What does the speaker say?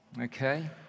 okay